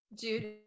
Jude